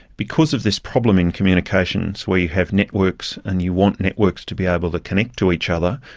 because of this problem in communications, where you have networks, and you want networks to be able to connect to each other,